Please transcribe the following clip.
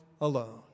alone